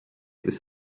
this